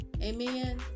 Amen